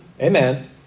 amen